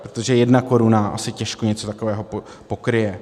Protože jedna koruna asi těžko něco takového pokryje.